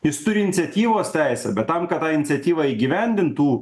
jis turi iniciatyvos teisę bet tam kad tą iniciatyva įgyvendintų